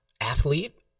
Athlete